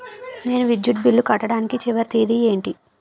నేను విద్యుత్ బిల్లు కట్టడానికి చివరి తేదీ ఏంటి?